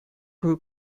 grew